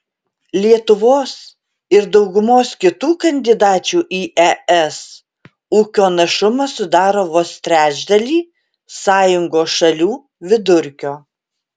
lietuvos ir daugumos kitų kandidačių į es ūkio našumas sudaro vos trečdalį sąjungos šalių vidurkio